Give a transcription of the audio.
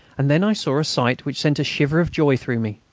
and then i saw a sight which sent a shiver of joy through me.